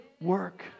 work